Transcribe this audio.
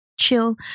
chill